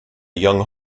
young